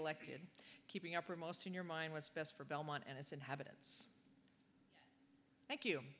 elected keeping uppermost in your mind what's best for belmont and its inhabitants thank you